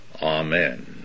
Amen